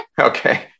Okay